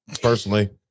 Personally